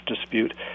dispute